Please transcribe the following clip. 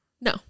no